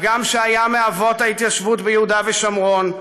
הגם שהיה מאבות ההתיישבות ביהודה ושומרון,